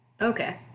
Okay